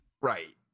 Right